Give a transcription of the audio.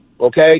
Okay